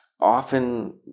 Often